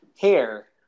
hair